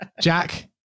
Jack